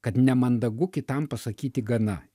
kad nemandagu kitam pasakyti gana